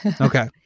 Okay